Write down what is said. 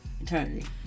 Eternity